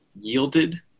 yielded